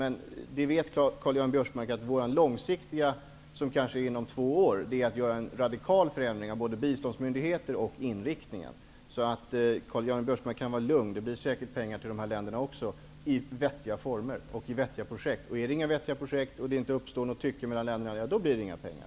Men Karl-Göran Biörsmark vet att vår långsiktiga plan, på kanske två år, är att göra en radikal förändring i både biståndsmyndigheter och inriktning. Karl-Göran Biörsmark kan vara lugn: Det blir säkert pengar till dessa länder också i vettiga projekt. Finns det inga vettiga projekt, och uppstår inget tycke mellan länderna, då blir det inga pengar.